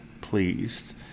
pleased